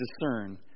discern